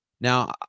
Now